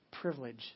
privilege